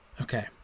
Okay